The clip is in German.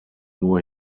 nur